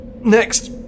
next